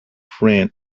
friend